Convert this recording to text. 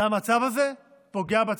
והמצב הזה פוגע בצרכן,